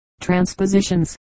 transpositions